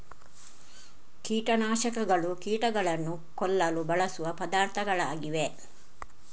ಕೀಟ ನಾಶಕಗಳು ಕೀಟಗಳನ್ನು ಕೊಲ್ಲಲು ಬಳಸುವ ಪದಾರ್ಥಗಳಾಗಿವೆ